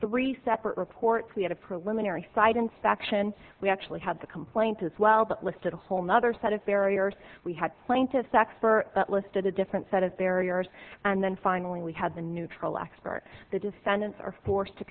three separate reports we had a preliminary site inspection we actually had the complaint as well but listed a whole nother set of barriers we had plaintiff's expert that listed a different set of barriers and then finally we had the neutral expert the defendants are forced to